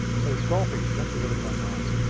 so the scroll feature's actually really quite nice.